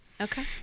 okay